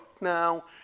now